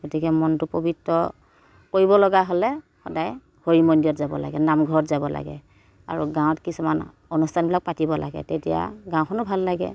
গতিকে মনতো পবিত্ৰ কৰিবলগা হ'লে সদায় হৰি মন্দিৰত যাব লাগে নামঘৰত যাব লাগে আৰু গাঁৱত কিছুমান অনুষ্ঠানবিলাক পাতিব লাগে তেতিয়া গাঁওখনো ভাল লাগে